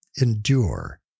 endure